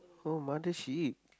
oh mother sheep